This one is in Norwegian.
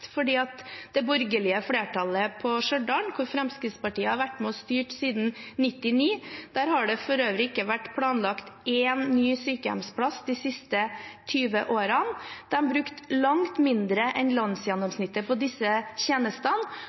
Det borgerlige flertallet på Stjørdal, hvor Fremskrittspartiet har vært med og styrt siden 1999, har for øvrig ikke planlagt én ny sykehjemsplass de siste 20 årene. De brukte langt mindre enn landsgjennomsnittet på disse tjenestene,